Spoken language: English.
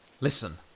Listen